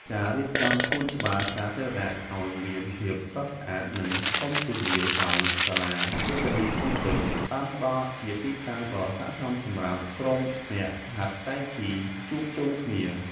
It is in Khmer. ការរៀបចំសួនច្បារសាធារណៈឱ្យមានភាពស្រស់ស្អាត និងធំទូលាយដោយសាលារាជធានីភ្នំពេញ បានផ្ដល់ជាទីតាំងដ៏សក្ដិសមសម្រាប់ក្រុមអ្នកហាត់តៃជីជួបជុំគ្នា។